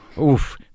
oof